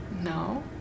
No